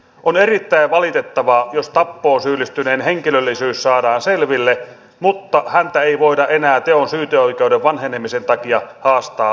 on erittäin valitettavaa jos tappoon syyllistyneen henkilöllisyys saadaan selville mutta häntä ei voida enää teon syyteoikeuden vanhenemisen takia haastaa vastuuseen teostaan